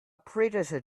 predator